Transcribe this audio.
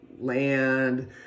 land